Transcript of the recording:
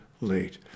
late